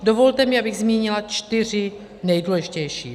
Dovolte mi, abych zmínila čtyři nejdůležitější: